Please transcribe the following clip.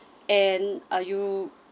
and are you